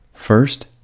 First